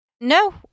No